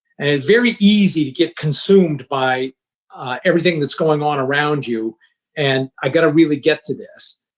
and and very easy to get consumed by everything that's going on around you and i've got to really get to this.